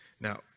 Now